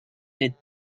les